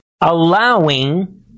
Allowing